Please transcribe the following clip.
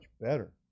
better